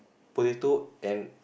potato and